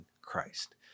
Christ